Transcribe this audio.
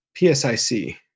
PSIC